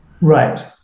right